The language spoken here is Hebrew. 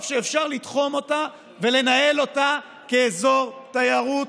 שאפשר לתחום אותה ולנהל אותה כאזור תיירות,